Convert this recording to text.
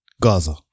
Gaza